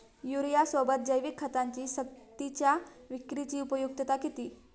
युरियासोबत जैविक खतांची सक्तीच्या विक्रीची उपयुक्तता किती?